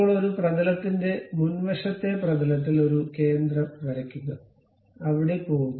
ഇപ്പോൾ ഒരു പ്രതലത്തിന്റെ മുൻവശത്തെ പ്രതലത്തിൽ ഒരു കേന്ദ്രം വരയ്ക്കുക അവിടെ പോകുക